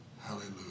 Hallelujah